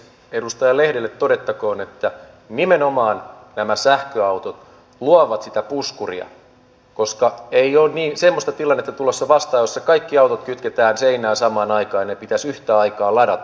edustaja lehdelle todettakoon että nimenomaan nämä sähköautot luovat sitä puskuria koska ei ole semmoista tilannetta tulossa vastaan jossa kaikki autot kytketään seinään samaan aikaan ja ne pitäisi yhtä aikaa ladata